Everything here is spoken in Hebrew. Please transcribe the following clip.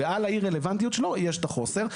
ועל האי רלוונטיות שלו יש את החוסר.